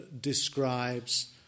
describes